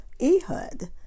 Ehud